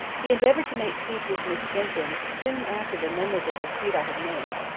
he endeavoured to make peace with miss jenkyns soon after the memorable dispute i have named,